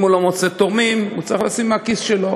אם הוא לא מוצא תורמים, הוא צריך לשים מהכיס שלו,